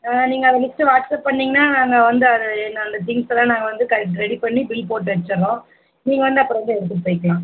ஆ நீங்கள் அந்த லிஸ்ட்டை வாட்ஸ்ஆப் பண்ணிங்கன்னா நாங்கள் வந்து அதை அந்த திங்க்ஸெல்லாம் நாங்கள் வந்து க ரெடி பண்ணி பில் போட்டு வச்சிவிட்றோம் நீங்கள் வந்து அப்புறம் வந்து எடுத்துகிட்டு போயிக்கலாம்